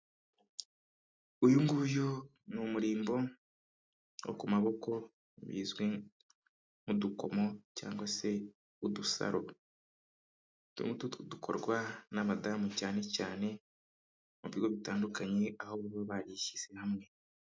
Uyu nguyu ni umurimbo wo ku maboko bizwi nk'udukomo, cyangwa se udusaro. Utu ngutu dukorwa n'abadamu cyane cyane mu bigo bitandukanye aho baba barishyize hamwe.